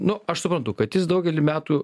nu aš suprantu kad jis daugelį metų